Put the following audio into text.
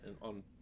on